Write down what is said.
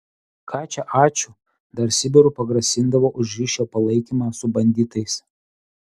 ką čia ačiū dar sibiru pagrasindavo už ryšio palaikymą su banditais